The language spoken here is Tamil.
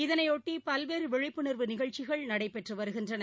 இதனையொட்டிபல்வேறுவிழிப்புணர்வு நிகழ்ச்சிகள் நடைபெற்றுவருகின்றன